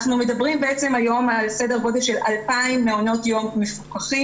אנחנו מדברים היום על סדר גודל של 2,000 מעונות יום מפוקחים,